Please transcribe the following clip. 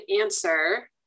answer